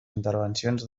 intervencions